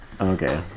Okay